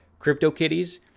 CryptoKitties